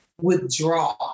withdraw